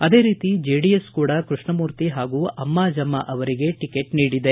ಅದೇ ರೀತಿ ಜೆಡಿಎಸ್ ಕೂಡ ಕೃಷ್ಣಮೂರ್ತಿ ಹಾಗೂ ಅಮ್ಮಾಜಮ್ಮ ಅವರಿಗೆ ಟಿಕೆಟ್ ನೀಡಿದೆ